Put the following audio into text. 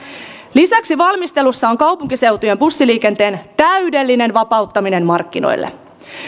lisäksi valmistelussa on kaupunkiseutujen bussiliikenteen täydellinen vapauttaminen markkinoille